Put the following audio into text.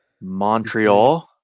Montreal